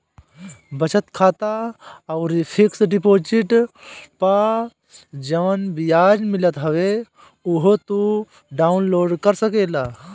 बचत खाता अउरी फिक्स डिपोजिट पअ जवन बियाज मिलत हवे उहो तू डाउन लोड कर सकेला